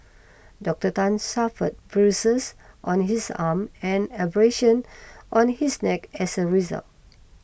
Doctor Tan suffered bruises on his arm and abrasions on his neck as a result